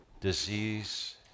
disease